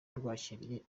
rwakiriye